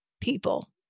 people